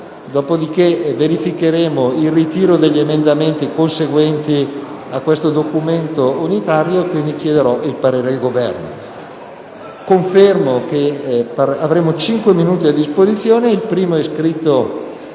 quali verificheremo il ritiro degli emendamenti conseguenti a questo testo unitario. Quindi, chiederò il parere del Governo.